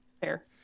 fair